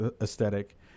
aesthetic